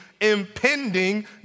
impending